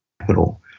capital